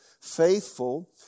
faithful